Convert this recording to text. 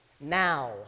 now